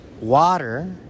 water